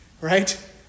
right